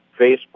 Facebook